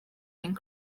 and